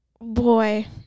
boy